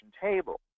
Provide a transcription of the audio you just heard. table